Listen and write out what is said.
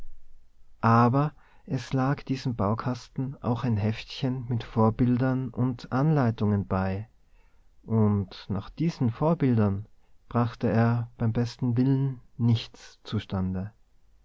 aber es lag diesem baukasten auch ein heftchen mit vorbildern und anleitungen bei und nach diesen vorbildern brachte er beim besten willen nichts zustande